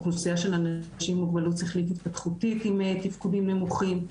אוכלוסיה של אנשים עם מוגבלות שכלית התפתחותית עם תפקודים נמוכים,